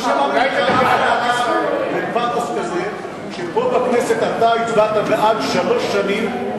לא שמענו ממך אף הערה בפתוס כזה כשפה בכנסת אתה הצבעת בעד שלוש שנים,